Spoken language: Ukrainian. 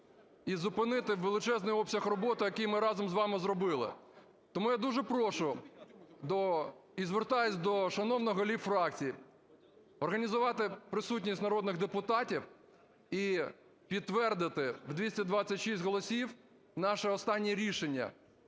і зупинити величезний обсяг роботи, який ми разом з вами зробили. Тому я дуже прошу і звертаюсь до шановних голів фракцій організувати присутність народних депутатів і підтвердити в 226 голосів наше останнє рішення.